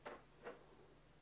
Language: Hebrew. בבקשה.